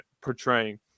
portraying